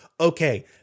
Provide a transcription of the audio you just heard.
okay